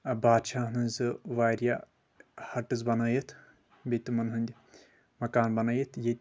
بادشاہن ۂنٛز واریاہ ہٹٔس بنأیِتھ بیٚیہِ تِمن ہنٛدۍ مکان بنأیِتھ ییٚتہِ